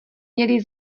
měli